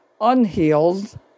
unhealed